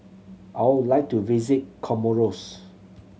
I would like to visit Comoros